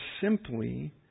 simply